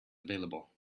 available